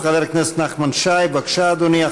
חבר הכנסת נחמן שי, בבקשה, אדוני.